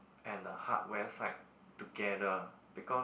and a hardware side together because